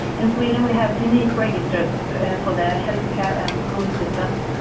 in sweden we have unique registers for the healthcare and school systems,